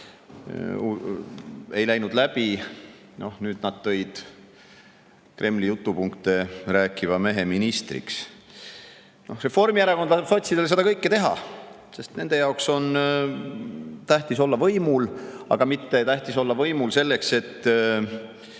Ei läinud läbi. Noh, nüüd tegid nad Kremli jutupunkte rääkiva mehe ministriks. Reformierakond laseb sotsidel seda kõike teha, sest nende jaoks on tähtis olla võimul. Mitte tähtis olla võimul selleks, et